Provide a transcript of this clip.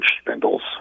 spindles